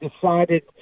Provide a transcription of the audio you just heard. decided